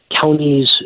counties